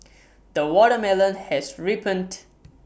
the watermelon has ripened